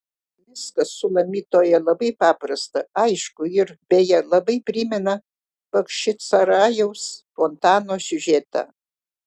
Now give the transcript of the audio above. viskas sulamitoje labai paprasta aišku ir beje labai primena bachčisarajaus fontano siužetą